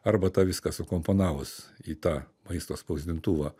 arba tą viską sukomponavus į tą maisto spausdintuvą